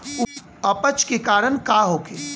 अपच के कारण का होखे?